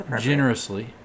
generously